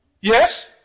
Yes